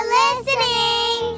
listening